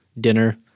dinner